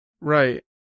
Right